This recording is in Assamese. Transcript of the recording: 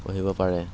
গঢ়িব পাৰে